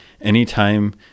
anytime